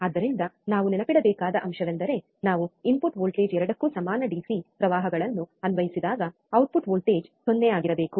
ಆದ್ದರಿಂದ ನಾವು ನೆನಪಿಡಬೇಕಾದ ಅಂಶವೆಂದರೆ ನಾವು ಇನ್ಪುಟ್ ವೋಲ್ಟೇಜ್ ಎರಡಕ್ಕೂ ಸಮಾನ ಡಿಸಿ ಪ್ರವಾಹಗಳನ್ನು ಅನ್ವಯಿಸಿದಾಗ ಔಟ್ಪುಟ್ ವೋಲ್ಟೇಜ್ 0 ಆಗಿರಬೇಕು